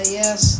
yes